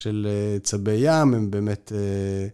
של צבי ים, הם באמת...